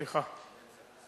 סליחה,